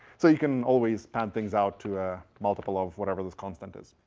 so you can always pad things out to a multiple of whatever this constant is.